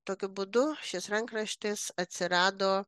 tokiu būdu šis rankraštis atsirado